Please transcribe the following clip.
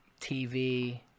TV